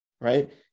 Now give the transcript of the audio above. right